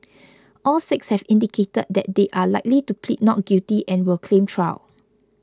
all six have indicated that they are likely to plead not guilty and will claim trial